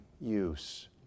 use